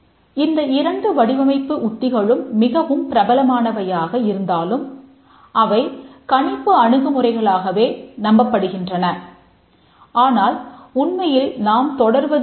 இந்த இரண்டு வடிவமைப்பு உத்திகளும் மிகவும் பிரபலமானவையாக இருந்தாலும் அவை கணிப்பு அணுகுமுறைகளாகவே நம்பப்படுகின்றன ஆனால் உண்மையில் நாம் தொடர்வது போல் இல்லை